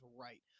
right